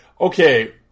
Okay